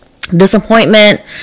Disappointment